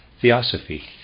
Theosophy